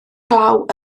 glaw